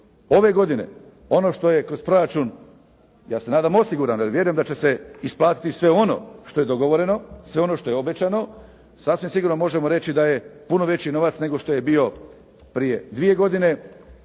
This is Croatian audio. Ove godine ono što je kroz proračun ja se nadam osigurano, ali vjerujem da će se isplatiti i sve ono što je dogovoreno, sve ono što je obećano, sasvim sigurno možemo reći da je puno veći novac nego što je bio prije dvije godine